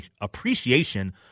appreciation